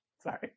sorry